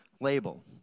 label